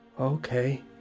okay